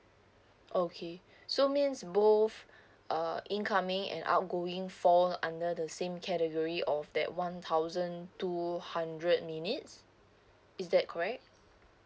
okay so means both uh incoming and outgoing fall under the same category of that one thousand two hundred minutes is that correct